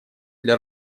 для